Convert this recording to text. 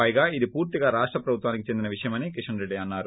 పైగా ఇది పూర్తిగా రాష్ట ప్రభుత్వానికి చెందిన విషయమని కోషన్ రెడ్డి అన్నారు